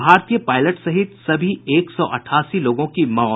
भारतीय पायलट सहित सभी एक सौ अठासी लोगों की मौत